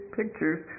pictures